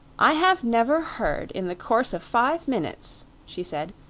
i have never heard in the course of five minutes, she said,